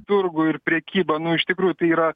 turgų ir prekybą nuo iš tikrųjų tai yra